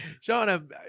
sean